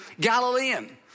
Galilean